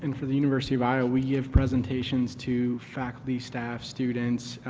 and for the university of i o we give presentation to faculty, staff, students,